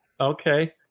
Okay